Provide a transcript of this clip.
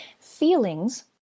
Feelings